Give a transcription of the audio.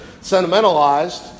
sentimentalized